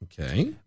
Okay